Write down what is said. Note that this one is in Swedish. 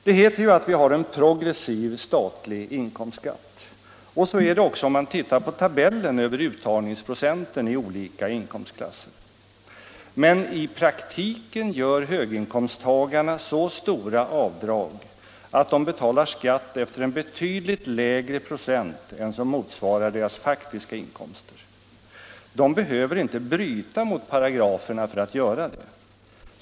Det heter ju att vi har en progressiv statlig inkomstskatt, och så är det också om man tittar på tabellen över uttagningsprocenten i olika inkomstklasser. Men i praktiken gör höginkomsttagarna så stora avdrag att de betalar skatt efter en betydligt lägre procent än som motsvarar deras faktiska inkomster. De behöver inte bryta mot paragraferna för att göra det.